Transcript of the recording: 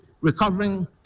recovering